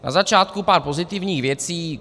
Na začátku pár pozitivních věcí.